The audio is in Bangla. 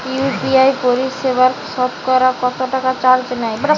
ইউ.পি.আই পরিসেবায় সতকরা কতটাকা চার্জ নেয়?